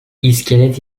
i̇skelet